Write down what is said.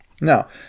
Now